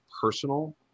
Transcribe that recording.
personal